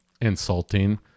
insulting